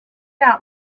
out